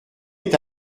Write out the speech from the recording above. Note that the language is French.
est